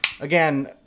again